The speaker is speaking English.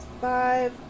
Five